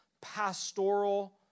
pastoral